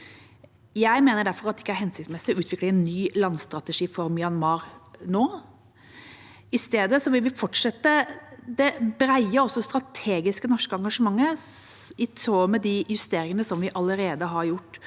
Jeg mener derfor at det ikke er hensiktsmessig å utvikle en ny landstrategi for Myanmar nå. I stedet vil vi fortsette det brede, og også strategiske, norske engasjementet, i tråd med de justeringene som vi allerede har gjort.